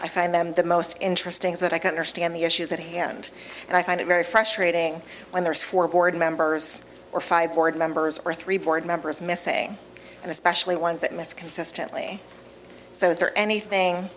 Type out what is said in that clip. i find them the most interesting is that i can understand the issues at hand and i find it very fresh rating when there is four board members or five board members or three board members missing and especially ones that miss consistently so is there anything